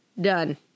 done